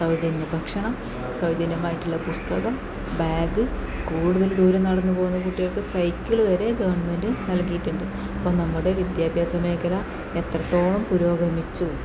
സൗജന്യ ഭക്ഷണം സൗജന്യമായിട്ടുള്ള പുസ്തകം ബാഗ് കൂടുതൽ ദൂരം നടന്നു പോകുന്ന കുട്ടികൾക്ക് സൈക്കിള് വരെ ഗവൺമെൻറ് നൽകിയിട്ടുണ്ട് അപ്പോൾ നമ്മുടെ വിദ്യാഭ്യാസ മേഖല എത്രത്തോളം പുരോഗമിച്ചു